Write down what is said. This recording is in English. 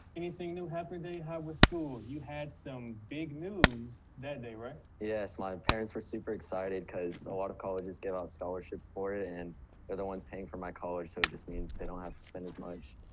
anything new happen today? how was school? you had some big news that day, right? yes. my parents were super excited, because a lot of colleges give out scholarships for it and they're the ones paying for my college. so, it just means they don't have to spend as much.